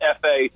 FA